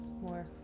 more